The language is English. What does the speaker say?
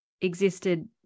existed